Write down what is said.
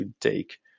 take